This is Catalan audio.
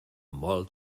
molt